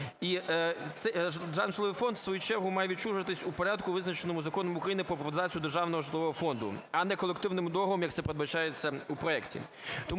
державний житловий фонд в свою чергу має відчужуватись у порядку, визначеному Законом України "Про приватизацію державного житлового фонду", а не колективним договором, як це передбачається у проекті.